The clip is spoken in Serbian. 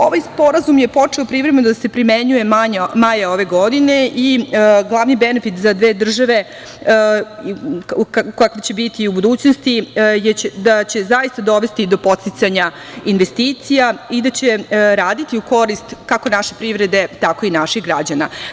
Ovaj sporazum je počeo privremeno da se primenjuje maja ove godine i glavni benefit za dve države kakva će biti i u budućnosti, da će zaista dovesti do podsticanja investicija i da će raditi u korist kako naše privrede, tako i naših građana.